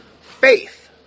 faith